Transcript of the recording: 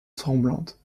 tremblantes